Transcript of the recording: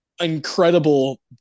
incredible